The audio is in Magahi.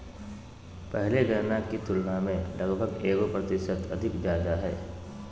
पहले गणना के तुलना में लगभग एगो प्रतिशत अधिक ज्यादा हइ